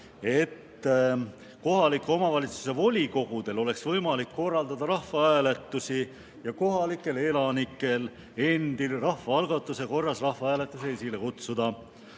et kohaliku omavalitsuse volikogudel oleks võimalik korraldada rahvahääletusi ja kohalikel elanikel endil rahvaalgatuse korras rahvahääletusi esile kutsuda.